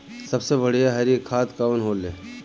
सबसे बढ़िया हरी खाद कवन होले?